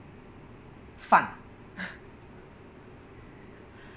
饭